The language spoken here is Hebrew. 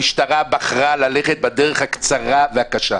המשטרה בחרה ללכת בדרך הקצרה והקשה,